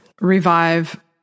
revive